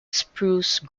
spruce